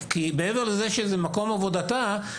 זה בני אדם.